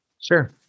Sure